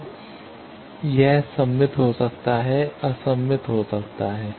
अब यह सममित हो सकता है असममित हो सकता है